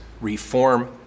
reform